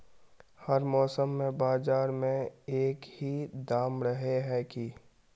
हर मौसम में बाजार में एक ही दाम रहे है की?